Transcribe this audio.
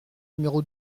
numéro